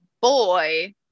boy